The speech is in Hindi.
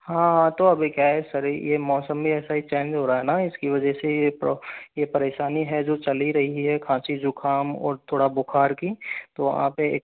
हाँ हाँ तो अभी क्या है सर ये मौसम भी ऐसा ही चेंज हो रहा है ना इसकी वजह से ये तो ये परेशानी है जो चल ही रही है खांसी जुकाम और थोड़ा बुखार की तो वहाँ पे